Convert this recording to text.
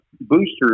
boosters